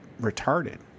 retarded